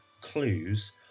clues